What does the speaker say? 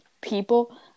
people